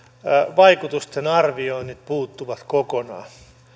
vaikutusten arvioinnit puuttuvat kokonaan